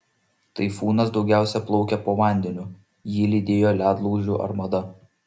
taifūnas daugiausia plaukė po vandeniu jį lydėjo ledlaužių armada